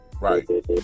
Right